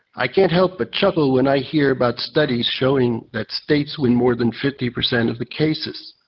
i can't help but chuckle when i hear about studies showing that states win more than fifty percent of the cases.